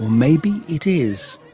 maybe it is.